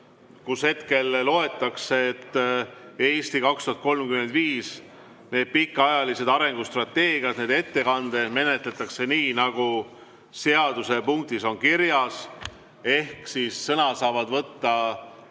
kus hetkel nähakse ette, et "Eesti 2035", neid pikaajalisi arengustrateegiaid, neid ettekandeid menetletakse nii, nagu seadusepunktis on kirjas. Ehk sõna saavad võtta